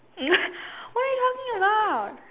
mm what are you talking about